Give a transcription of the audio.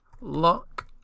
Lock